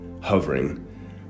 hovering